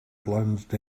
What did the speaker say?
plunged